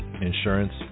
insurance